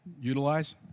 utilize